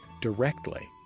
directly